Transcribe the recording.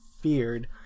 feared